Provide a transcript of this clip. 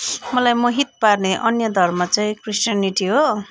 मलाई मोहित पार्ने अन्य धर्म चाहिँ क्रिस्ट्यानिटी हो